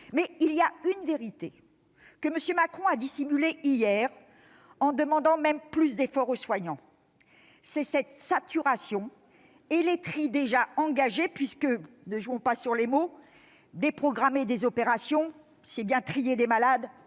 Mais il y a une vérité que M. Macron a dissimulée hier en demandant encore plus d'efforts aux soignants : c'est cette saturation et les tris déjà engagés, puisque, ne jouons pas sur les mots, déprogrammer des opérations, c'est bien trier des malades